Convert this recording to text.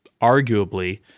arguably